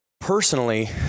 Personally